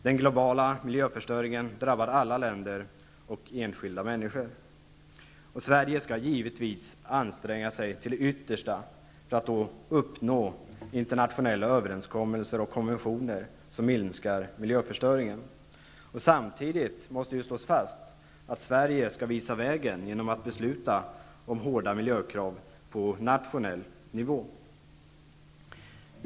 Den globala miljörförstöringen drabbar alla länder och enskilda människor. Sverige skall givetvis anstränga sig till det yttersta för att uppnå internationella överenskommelser och konventioner som minskar miljöförstöringen. Samtidigt måste det slås fast att Sverige skall visa vägen genom att besluta om hårda miljökrav på nationell nivå.